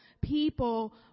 people